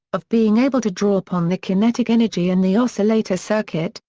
of being able to draw upon the kinetic energy in the oscillator circuit,